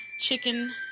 Chicken